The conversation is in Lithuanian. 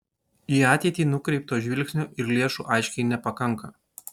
į ateitį nukreipto žvilgsnio ir lėšų aiškiai nepakanka